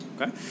Okay